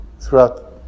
throughout